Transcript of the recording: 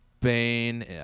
Spain